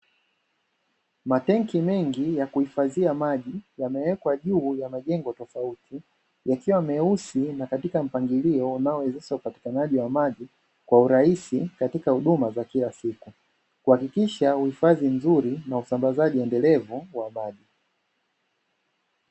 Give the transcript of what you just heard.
Matanki mengi ya kuhifadhia maji yamewekwa juu ya majengo tofauti, yakiwa meusi na katika mpangilio unaowezesha upatikanaji wa maji kwa urahisi katika huduma za kila siku, kuhakikisha uhifadhi mzuri na usambazaji endelevu wa maji.